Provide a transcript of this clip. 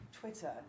Twitter